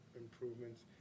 improvements